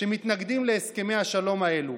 שמתנגדים להסכמי השלום האלה.